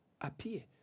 appear